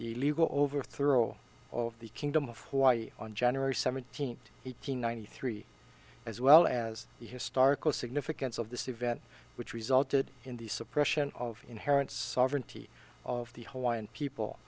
the legal overthrow of the kingdom of hawaii on january seventeenth eight hundred ninety three as well as the historical significance of this event which resulted in the suppression of inherent sovereignty of the hawaiian people